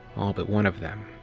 all but one of them.